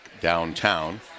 downtown